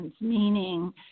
meaning